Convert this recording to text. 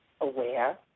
aware